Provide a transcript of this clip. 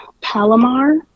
Palomar